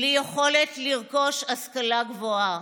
בלי יכולת לרכוש השכלה גבוהה.